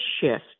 shift